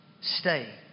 Stay